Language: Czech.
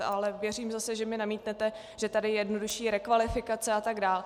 Ale věřím zase, že mi namítnete, že tady je jednodušší rekvalifikace atd.